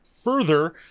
further